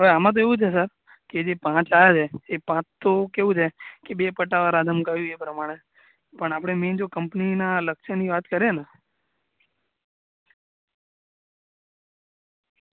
આમાં તો એવું છે સર કે જે પાંચ આવ્યા છે એ પાંચ તો કેવું છે કે બે પટ્ટાવાળા ધમકાવ્યું એ પ્રમાણે પણ આપણે મેઈન જો કંપનીના લક્ષ્યની વાત કરીએ ને